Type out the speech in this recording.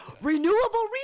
renewable